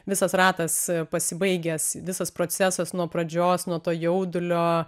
visas ratas pasibaigęs visas procesas nuo pradžios nuo to jaudulio